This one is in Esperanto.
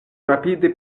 rapide